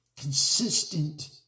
consistent